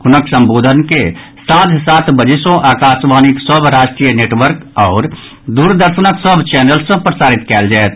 हुनक संबोधन के सांझ सात बजे सँ आकाशवाणीक सभ राष्ट्रीय नेटवर्क आओर दूरदर्शनक सभ चैनल सँ प्रसारित कयल जायत